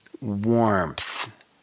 warmth